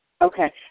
Okay